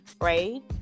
right